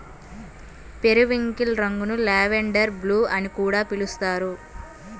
periwinkle రంగును lavender blue అని కూడా పిలుస్తారు